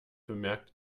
bemerkt